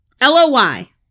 L-O-Y